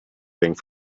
getting